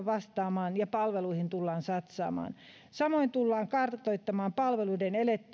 vastaamaan ja palveluihin tullaan satsaamaan samoin tullaan kartoittamaan palveluiden